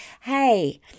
Hey